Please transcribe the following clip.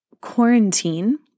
quarantine